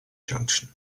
junction